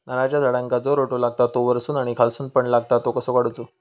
नारळाच्या झाडांका जो रोटो लागता तो वर्सून आणि खालसून पण लागता तो कसो काडूचो?